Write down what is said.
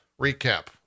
recap